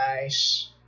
Nice